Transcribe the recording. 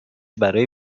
برای